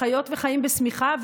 חיות וחיים בשמיכה,